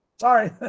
Sorry